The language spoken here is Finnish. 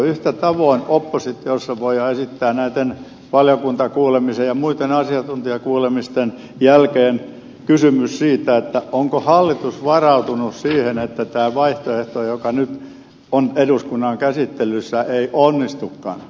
yhtä tavoin oppositiossa voidaan esittää valiokuntakuulemisen ja muitten asiantuntijakuulemisten jälkeen kysymys siitä onko hallitus varautunut siihen että tämä vaihtoehto joka nyt on eduskunnan käsittelyssä ei onnistukaan